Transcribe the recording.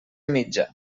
mitja